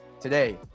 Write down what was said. today